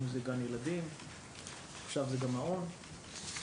גן ילדים או מעון.